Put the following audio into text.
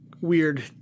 weird